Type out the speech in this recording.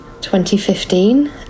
2015